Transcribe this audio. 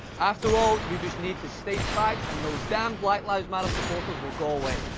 after all, you just need to state facts and those damn black lives matter supporters will go away.